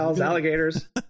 alligators